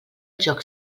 joc